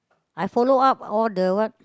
I follow up all the what